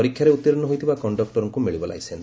ପରୀକ୍ଷାରେ ଉଉୀର୍ଣ୍ଡ ହୋଇଥିବା କଣ୍ଡକୁରଙ୍କୁ ମିଳିବ ଲାଇସେନ୍